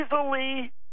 easily